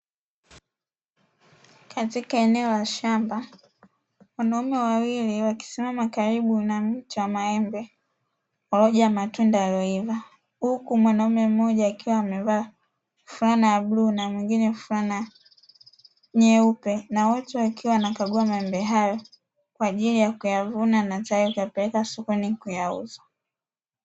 Katika eneo la shamba wanaume wawili wakisimama karibu na mti wa maembe uliojaa matunda yaliyoiva, huku mwanaume mmoja akiwa amevaa fulana ya bluu na mwingine fulana nyeupe na wote wakiwa wanakagua maembe hayo, kwa ajili ya kuyavuna na tayari kuyapeleka sokoni kuyauza.